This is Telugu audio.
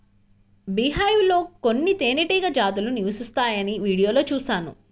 బీహైవ్ లో కొన్ని తేనెటీగ జాతులు నివసిస్తాయని వీడియోలో చూశాను